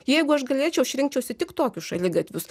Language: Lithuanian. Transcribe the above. jeigu aš galėčiau aš rinkčiausi tik tokius šaligatvius